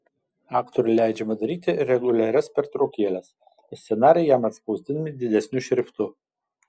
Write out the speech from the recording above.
aktoriui leidžiama daryti reguliarias pertraukėles o scenarijai jam atspausdinami didesniu šriftu